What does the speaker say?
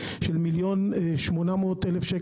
1.8 מיליון.